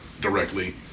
directly